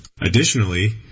Additionally